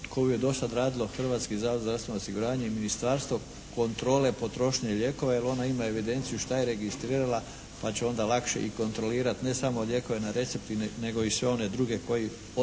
koju je do sad radio Hrvatski zavod za zdravstveno osiguranje i Ministarstvo kontrole potrošnje lijekova jer ona ima evidenciju šta je registrirala pa će onda lakše i kontrolirati ne samo lijekove na recept nego i sve one druge koji odu